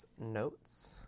Notes